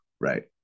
Right